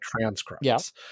transcripts